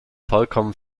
vollkommen